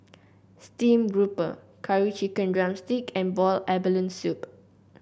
Steamed Grouper Curry Chicken drumstick and Boiled Abalone Soup